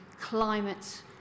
climate